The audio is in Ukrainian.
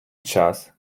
час